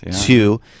Two